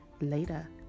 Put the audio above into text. Later